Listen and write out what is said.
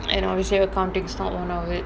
and obviously accounting is not one of it